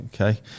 okay